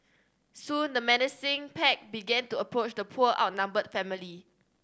soon the menacing pack began to approach the poor outnumbered family